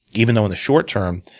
even though in the short term,